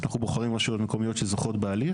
אנחנו בוחרים רשויות מקומיות שזוכות בהליך,